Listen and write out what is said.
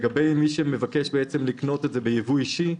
לגבי מי שמבקש לקנות את זה בייבוא אישי,